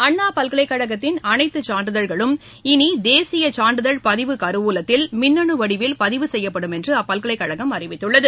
அண்ணா பல்கலைக் கழகத்தின் அனைத்து சான்றிதழ்களும் இனி தேசிய சான்றிதழ் பதிவு கருவூலத்தில் மின்னணு வடிவில் பதிவு செய்யப்படும் என்று அப்பல்கலைக் கழகம் அறிவித்துள்ளது